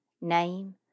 name